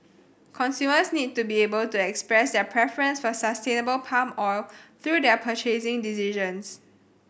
consumers need to be able to express their preference for sustainable palm oil through their purchasing decisions